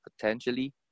potentially